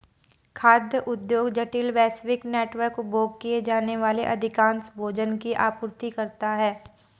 खाद्य उद्योग जटिल, वैश्विक नेटवर्क, उपभोग किए जाने वाले अधिकांश भोजन की आपूर्ति करता है